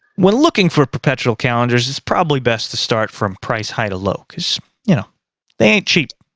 when looking for perpetual calendars it's probably best to start from price high to low because you know they ain't cheap